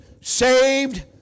saved